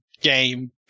game